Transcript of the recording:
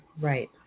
Right